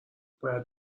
باید